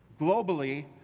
Globally